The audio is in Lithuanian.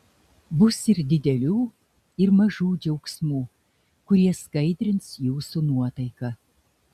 bus ir didelių ir mažų džiaugsmų kurie skaidrins jūsų nuotaiką